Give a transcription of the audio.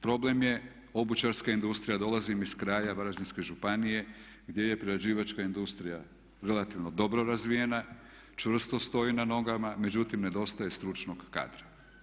Problem je obućarska industrija, dolazim iz kraja Varaždinske županije gdje je prerađivačka industrija relativno dobro razvijena, čvrsto stoji na nogama, međutim nedostaje stručnog kadra.